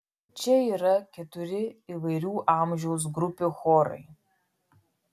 čia yra keturi įvairių amžiaus grupių chorai